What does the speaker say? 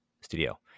studio